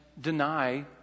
deny